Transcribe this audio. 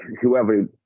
whoever